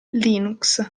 linux